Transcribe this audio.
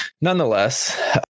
nonetheless